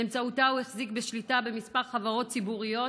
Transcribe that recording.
באמצעותה הוא החזיק בשליטה במספר חברות ציבוריות,